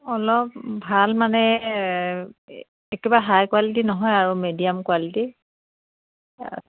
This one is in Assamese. অলপ ভাল মানে একেবাৰে হাই কোৱালিটি নহয় আৰু মেডিয়াম কোৱালিটি